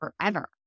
forever